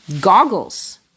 goggles